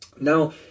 Now